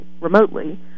remotely